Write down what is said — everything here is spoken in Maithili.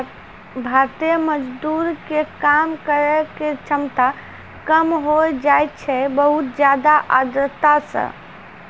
भारतीय मजदूर के काम करै के क्षमता कम होय जाय छै बहुत ज्यादा आर्द्रता सॅ